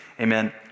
Amen